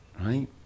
right